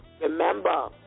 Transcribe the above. Remember